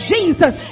Jesus